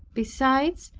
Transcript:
besides,